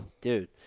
Dude